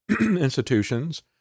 institutions